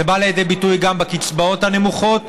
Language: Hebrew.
זה בא לידי ביטוי גם בקצבאות הנמוכות,